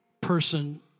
person